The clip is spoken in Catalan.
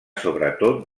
sobretot